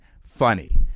funny